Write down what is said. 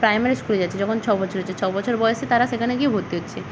primary স্কুলে যাচ্ছে যখন ছ বছর হচ্ছে ছ বছর বয়সে তারা সেখানে গিয়ে ভর্তি হচ্ছে